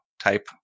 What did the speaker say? type